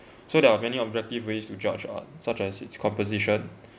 so there are many objective ways to judge art such as its composition